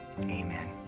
amen